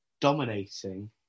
dominating